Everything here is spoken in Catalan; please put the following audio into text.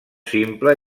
simple